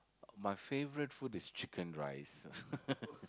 my favourite food is chicken rice